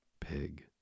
Pig